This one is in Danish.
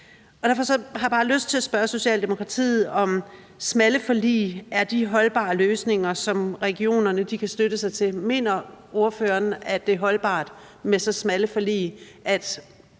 Derfor har jeg bare lyst til at spørge Socialdemokratiet, om smalle forlig er de holdbare løsninger, som regionerne kan støtte sig til. Mener ordføreren, at det er holdbart med så smalle forlig, at